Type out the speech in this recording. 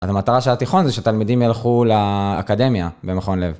אז המטרה של התיכון זה שתלמידים ילכו לאקדמיה במכון לב.